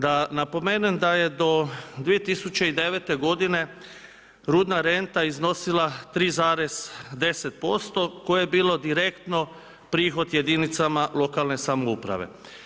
Da napomenem da je do 2009. godine rudna renta iznosila 3,10% koje je bilo direktno prihod jedinicama lokalne samouprave.